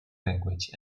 language